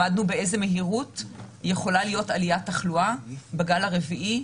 למדנו באיזה מהירות יכולה להיות עליית תחלואה בגל הרביעי,